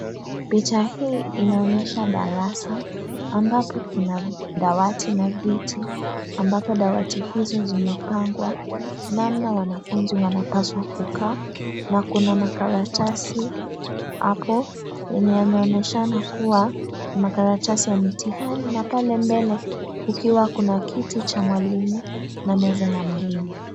Picha hii inaonyesha darasa ambapo kuna dawati na viti ambapo dawati hizo zimepangwa namna wanafunzi wanapaswa kukaa na kuna makaratasi hapo yenye yanaonyeshana kuwa ni makaratasi ya mitihani. Na pale mbele kukiwa kuna kiti cha mwalimu na meza ya mwalimu.